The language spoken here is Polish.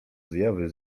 zjawy